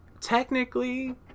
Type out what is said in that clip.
Technically